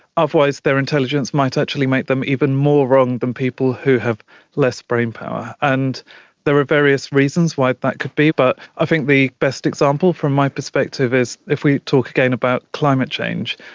otherwise their intelligence might actually make them even more wrong than people who have less brainpower. and there are various reasons why that could be but i think the best example from my perspective is if we talk again about climate change,